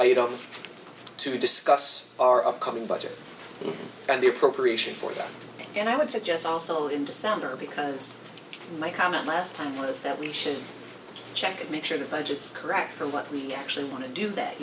don't to discuss our upcoming budget and the appropriation for that and i would suggest also in december because my comment last time was that we should check and make sure the budgets correct for what we actually want to do that